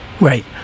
Right